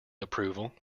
approval